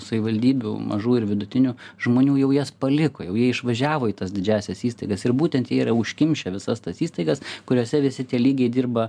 savivaldybių mažų ir vidutinių žmonių jau jas paliko jau jie išvažiavo į tas didžiąsias įstaigas ir būtent jie yra užkimšę visas tas įstaigas kuriose visi tie lygiai dirba